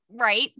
Right